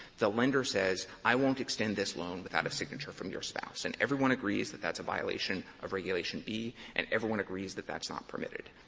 the lender says, i won't extend this loan without a signature from your spouse. and everyone agrees that that's a violation of regulation b, and everyone agrees that that's not permitted.